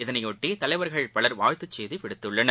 இதனையொட்டிதலைவர்கள் பலர் வாழ்த்துச் செய்திவிடுத்துள்ளனர்